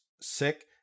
sick